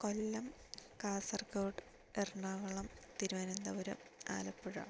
Kollam Kasaragod Ernakulam Thiruvananthapuram Alappuzha